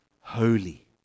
holy